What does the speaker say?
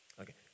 Okay